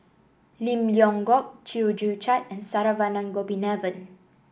Lim Leong Geok Chew Joo Chiat and Saravanan Gopinathan